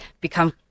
become